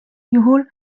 juhul